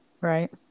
Right